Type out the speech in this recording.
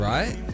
Right